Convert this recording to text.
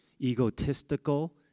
egotistical